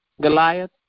Goliath